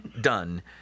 done